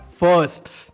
firsts